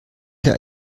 der